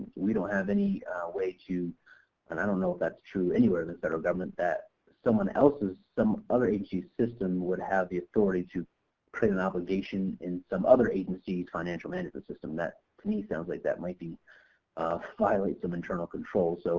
we don't have any way to and i don't know if that's true anywhere the federal government that someone else's, some other agency system would have the authority to put an obligation in some other agency's financial management system, that to me sounds like that might be violate some internal controls. so